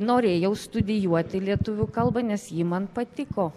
norėjau studijuoti lietuvių kalbą nes ji man patiko